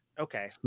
Okay